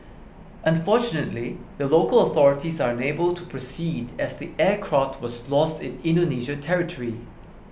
unfortunately the local authorities are unable to proceed as the aircraft was lost in Indonesia territory